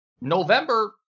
November